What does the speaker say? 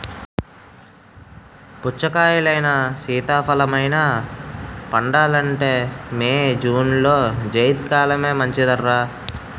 పుచ్చకాయలైనా, సీతాఫలమైనా పండాలంటే మే, జూన్లో జైద్ కాలమే మంచిదర్రా